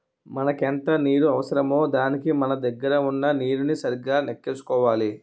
మనకెంత నీరు అవసరమో దానికి మన దగ్గర వున్న నీరుని సరిగా నెక్కేసుకోవాలి